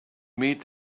meet